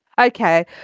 Okay